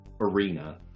arena